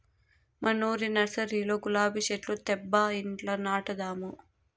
మనూరి నర్సరీలో గులాబీ చెట్లు తేబ్బా ఇంట్ల నాటదాము